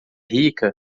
rica